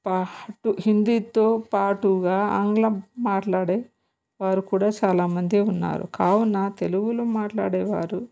పాటు హిందీతో పాటుగా ఆంగ్లం మాట్లాడే వారు కూడా చాలామంది ఉన్నారు కావున తెలుగులో మాట్లాడేవారు